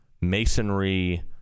masonry